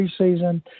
preseason